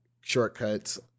shortcuts